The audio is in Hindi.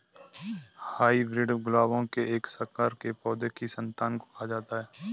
हाइब्रिड गुलाबों के एक संकर के पौधों की संतान को कहा जाता है